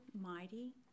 mighty